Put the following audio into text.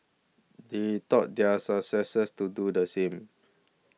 he taught their successors to do the same